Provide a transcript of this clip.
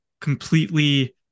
completely